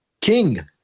King